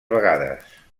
vegades